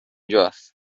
جاست